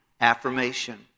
affirmation